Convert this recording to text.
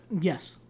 Yes